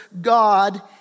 God